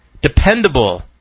dependable